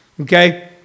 okay